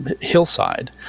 hillside